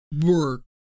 work